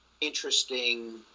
interesting